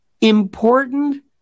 important